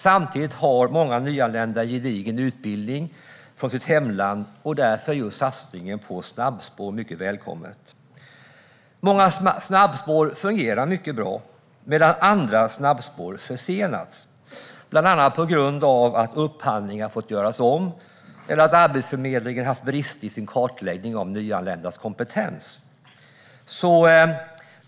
Samtidigt har många nyanlända gedigen utbildning från sitt hemland, och därför är just satsningen på snabbspår mycket välkommen. Många snabbspår fungerar mycket bra, medan andra snabbspår har försenats. Detta beror bland annat på att upphandlingar har fått göras om och att Arbetsförmedlingen har haft brister i sin kartläggning av nyanländas kompetens.